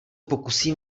pokusím